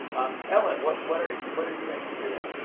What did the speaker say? ellen, what what are what are you interested ah